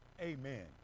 Amen